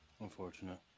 Unfortunate